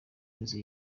inzu